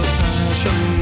passion